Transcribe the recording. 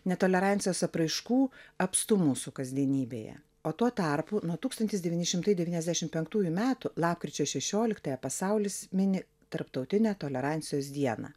netolerancijos apraiškų apstu mūsų kasdienybėje o tuo tarpu nuo tūkstantis devyni šimtai devyniasdešimt penktųjų metų lapkričio šešioliktąją pasaulis mini tarptautinę tolerancijos dieną